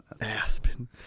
Aspen